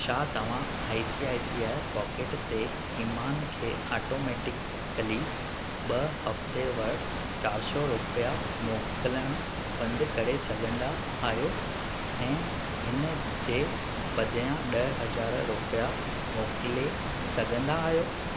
छा तव्हां I C I C I pocket ते ईमान खे आटोमैटिकली ब॒ हफ़्तेवारु चारि सौ रुपिया मोकिलणु बंदि करे सघंदा आहियो ऐं इन जे बदिरां ॾह हज़ार रुपिया मोकिले सघंदा आहियो